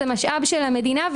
זה משאב המדינה,